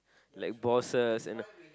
like boss us and